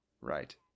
Right